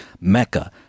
Mecca